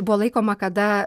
buvo laikoma kada